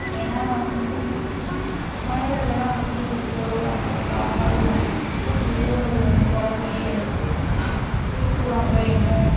ஏன்னா வந்து மனிதர்கள்லாம் வந்து தொடுவாங்க பார்ப்பாங்க அய்யோ நம்ம குழந்தைய பிரிச்சிடுவாங்களோ என்னமோ